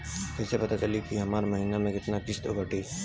कईसे पता चली की हमार महीना में कितना किस्त कटी?